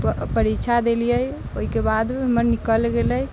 प परीक्षा देलिए ओहिके बादमे हमर निकलि गेलिए